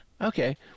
Okay